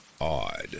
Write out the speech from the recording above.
odd